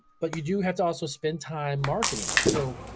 but you do have to also spend time marketing it. so,